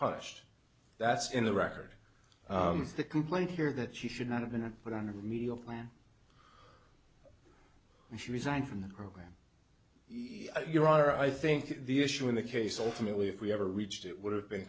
punished that's in the record the complaint here that she should not have been put on a meal plan and she resigned from the program your honor i think the issue in the case ultimately if we ever reached it would have been